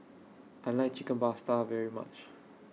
I like Chicken Pasta very much